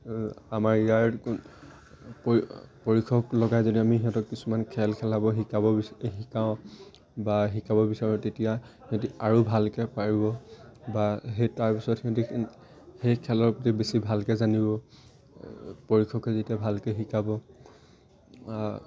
আমাৰ ইয়াৰ প্রশিক্ষক লগাই যদি আমি সিহঁতক কিছুমান খেল খেলাব শিকাব বি শিকাওঁ বা শিকাব বিচাৰোঁ তেতিয়া সিহঁতি আৰু ভালকৈ পাৰিব বা সেই তাৰপিছত সিহঁতি সেই খেলৰ প্ৰতি বেছি ভালকৈ জানিব প্ৰশিক্ষকে যেতিয়া ভালকৈ শিকাব